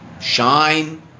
shine